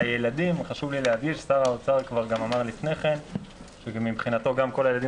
חשוב לי להעיר שגם שר האוצר אמר שמבחינתו כל הילדים